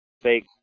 fake